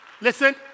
listen